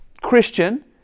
Christian